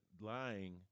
lying